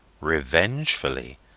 revengefully